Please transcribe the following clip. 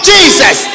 Jesus